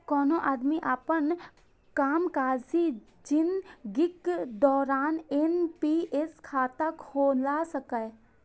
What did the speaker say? कोनो आदमी अपन कामकाजी जिनगीक दौरान एन.पी.एस खाता खोला सकैए